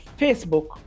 Facebook